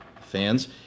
fans